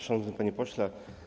Szanowny Panie Pośle!